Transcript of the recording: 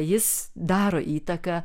jis daro įtaką